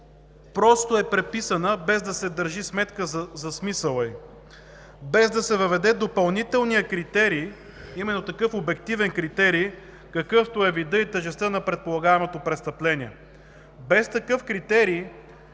просто е преписана, без да се държи сметка за смисъла ѝ, без да се въведе допълнителният критерий – именно такъв обективен критерий, какъвто е видът и тежестта на предполагаемото престъпление. Без такъв критерий